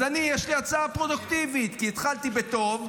אז יש לי הצעה פרודוקטיבית כי התחלתי בטוב,